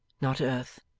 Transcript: not earth.